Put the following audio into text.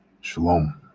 Shalom